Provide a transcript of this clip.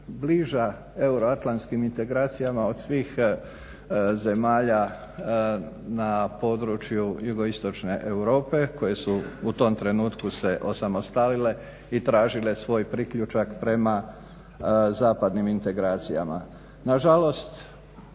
najbliža euroatlantskim integracijama od svih zemalja na području jugoistočne Europe koje su u tom trenutku se osamostalile i tražile svoj priključak prema zapadnim integracijama.